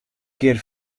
kear